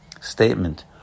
Statement